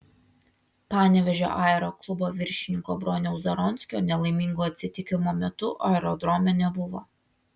panevėžio aeroklubo viršininko broniaus zaronskio nelaimingo atsitikimo metu aerodrome nebuvo